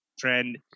trend